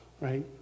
right